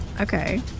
Okay